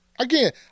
Again